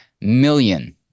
million